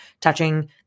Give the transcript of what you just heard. touching